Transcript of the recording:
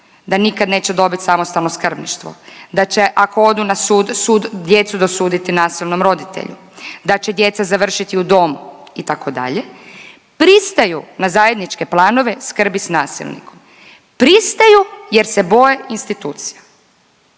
da nikad neće dobit samostalno skrbništvo, da će ako odu na sud, sud djecu dosuditi nasilnom roditelju, da će djeca završiti u domu itd. pristaju na zajedničke planove skrbi s nasilnikom. Pristaju jer se boje institucija.